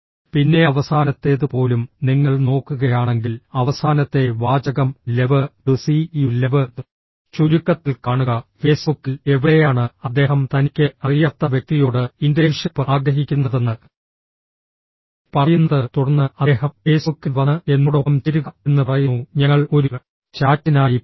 പിന്നെ അവസാനത്തേത് പോലും നിങ്ങൾ നോക്കുകയാണെങ്കിൽ അവസാനത്തെ വാചകം love to see you love ചുരുക്കത്തിൽ കാണുക ഫേസ്ബുക്കിൽ എവിടെയാണ് അദ്ദേഹം തനിക്ക് അറിയാത്ത വ്യക്തിയോട് ഇൻ്റേൺഷിപ്പ് ആഗ്രഹിക്കുന്നതെന്ന് പറയുന്നത് തുടർന്ന് അദ്ദേഹം ഫേസ്ബുക്കിൽ വന്ന് എന്നോടൊപ്പം ചേരുക എന്ന് പറയുന്നു ഞങ്ങൾ ഒരു ചാറ്റിനായി പോകും